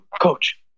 coach